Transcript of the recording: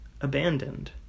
abandoned